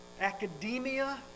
academia